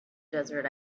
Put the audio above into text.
desert